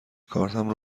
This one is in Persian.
کارتم